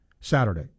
Saturday